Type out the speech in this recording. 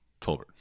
Tolbert